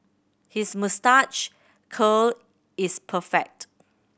his moustache curl is perfect